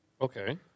Okay